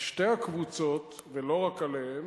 על שתי הקבוצות, ולא רק עליהן,